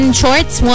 shorts